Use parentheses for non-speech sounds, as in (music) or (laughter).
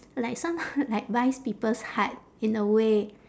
like some~ (noise) like buys people's heart in a way